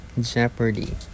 Jeopardy